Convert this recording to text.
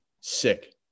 sick